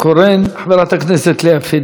חברת הכנסת לאה פדידה,